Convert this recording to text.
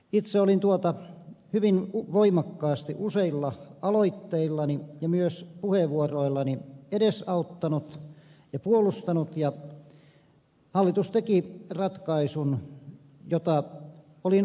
itse olin tuota hyvin voimakkaasti useilla aloitteillani ja myös puheenvuoroillani edesauttanut ja puolustanut ja hallitus teki ratkaisun jota olin ajanut